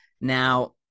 Now